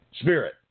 Spirit